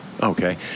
Okay